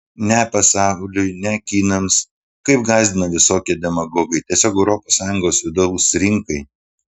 ne pasauliui ne kinams kaip gąsdina visokie demagogai tiesiog europos sąjungos vidaus rinkai